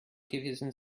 gewesen